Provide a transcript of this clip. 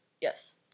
Yes